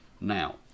Now